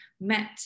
met